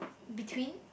between